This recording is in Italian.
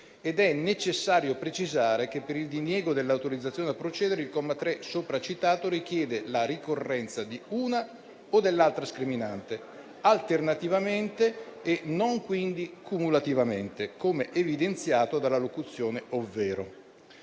È necessario precisare che, per il diniego dell'autorizzazione a procedere, il comma 3 sopra citato richiede la ricorrenza di una o dell'altra scriminante alternativamente e non quindi cumulativamente, come evidenziato dalla locuzione «ovvero».